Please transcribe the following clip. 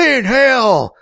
Inhale